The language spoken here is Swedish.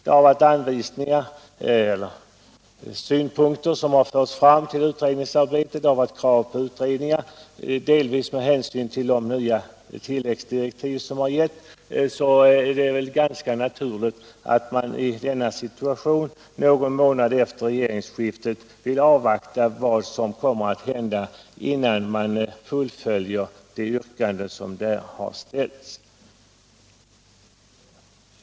Synpunkter på utredningsarbetet har förts fram liksom krav på utredningar. Med hänsyn till de nya tilläggsdirektiv som regeringen har utfärdat är det väl ganska naturligt att man i denna situation, någon månad efter regeringsskiftet, vill avvakta vad som kommer att hända innan man fullföljer de yrkanden som har förts fram.